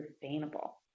sustainable